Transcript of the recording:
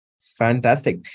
Fantastic